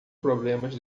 problemas